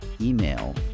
email